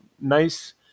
nice